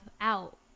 out